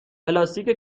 پلاستیک